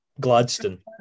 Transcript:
gladstone